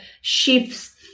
shifts